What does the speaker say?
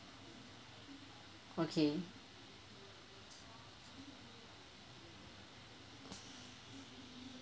okay